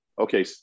Okay